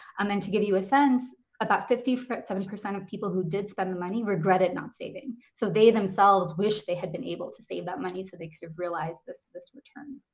and then to give you a sense about fifty seven percent of people who did spend the money regretted not saving. so they themselves wish they had been able to save that money so they could have realized this this return.